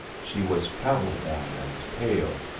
she was travel-worn and pale,